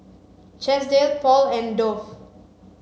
Chesdale Paul and Dove